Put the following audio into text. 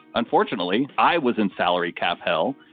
unfortunately i was in salary cap. hell.